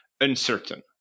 uncertain